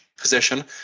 position